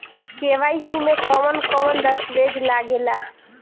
KYC में कवन कवन दस्तावेज लागे ला?